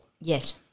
Yes